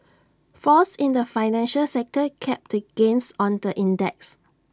falls in the financial sector capped the gains on the index